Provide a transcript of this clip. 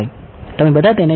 તમે બધા તેને જાણો છો